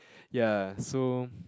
ya so